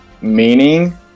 meaning